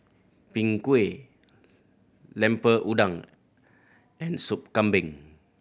Png Kueh Lemper Udang and Soup Kambing